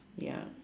ya